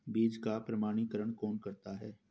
बीज का प्रमाणीकरण कौन करता है?